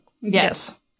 yes